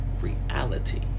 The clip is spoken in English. reality